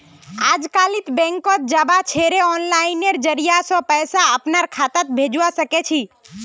अजकालित बैंकत जबा छोरे आनलाइनेर जरिय स पैसा अपनार खातात भेजवा सके छी